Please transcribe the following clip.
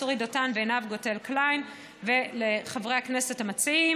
צורי דותן ועינב גוטל-קליין ולחברי הכנסת המציעים.